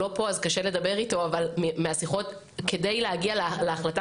כאן ולכן קשה לדבר איתו אבל כדי להגיע להחלטה